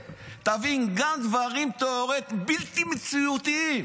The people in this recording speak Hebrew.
--- תבין, גם דברים תיאורטיים, בלתי מציאותיים.